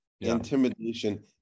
Intimidation